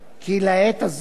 כי לעת הזאת